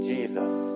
Jesus